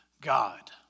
God